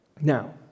Now